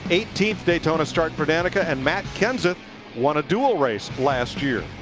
eighteenth daytona start. but and and matt kenseth won a dual race last year.